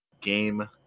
game